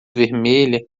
vermelha